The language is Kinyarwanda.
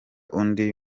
undi